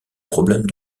problème